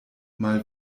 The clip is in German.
mal